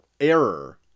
error